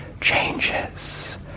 changes